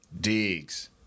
Diggs